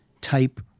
type